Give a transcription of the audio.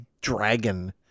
dragon